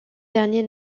dernier